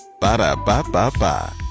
Ba-da-ba-ba-ba